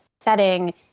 Setting